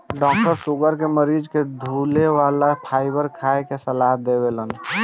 doctor sugar के मरीज के धुले वाला फाइबर खाए के सलाह देवेलन